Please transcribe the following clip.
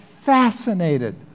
fascinated